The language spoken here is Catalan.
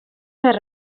fer